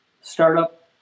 startup